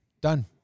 Done